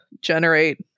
generate